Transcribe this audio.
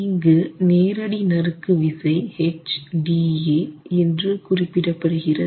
இங்கு நேரடி நறுக்கு விசை HDA என்று குறிப்பிடப்படுகிறது